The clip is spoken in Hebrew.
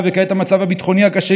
בבקשה.